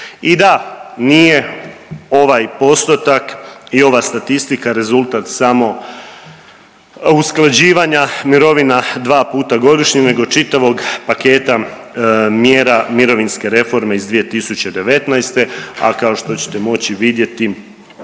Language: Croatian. I da, nije ovaj postotak i ova statistika rezultat samo usklađivanja mirovina dva puta godišnje nego čitavog paketa mjera mirovinske reforme iz 2019., a kao što ćete moći vidjeti